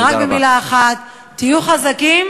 ורק במילה אחת: תהיו חזקים,